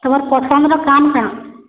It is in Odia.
ତୁମର୍ ପସନ୍ଦର କାମ୍ କାଣା